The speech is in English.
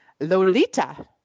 Lolita